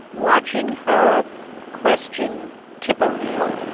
watching her question tip o'neill,